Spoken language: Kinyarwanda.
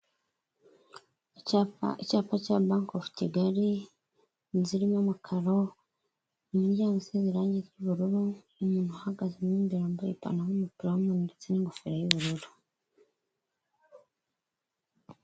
Icyapa cya banki ofu Kigali, inzu irimo amakaro, umuryango usize irangi ry'ubururu, umuntu uhagaze, mo imbere wambaye ipantaro n'umupira w'umweru ndetse n'ingofero y'ubururu.